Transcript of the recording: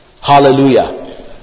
Hallelujah